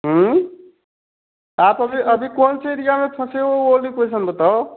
आप अभी अभी कौन से एरिया में फँसे हो वह वाले लोकैशन बताओ